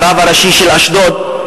הרב הראשי של אשדוד,